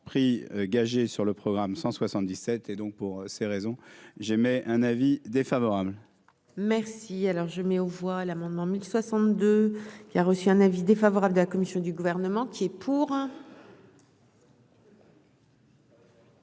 prix gagées sur le programme 177 et donc pour ces raisons, j'émets un avis défavorable. Merci, alors je mets aux voix l'amendement 1062 qui a reçu un avis défavorable de la commission du gouvernement qui est pour.